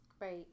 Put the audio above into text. Right